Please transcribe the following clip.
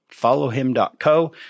followhim.co